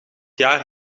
jaar